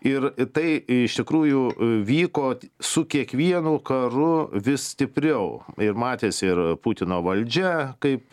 ir tai iš tikrųjų vyko su kiekvienu karu vis stipriau ir matėsi ir putino valdžia kaip